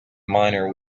minor